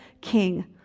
king